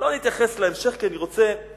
לא נתייחס להמשך, כי אני רוצה להתקדם.